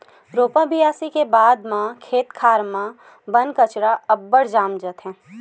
रोपा बियासी के बाद म खेत खार म बन कचरा अब्बड़ जाम जाथे